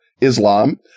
Islam